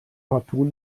partout